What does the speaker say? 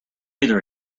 either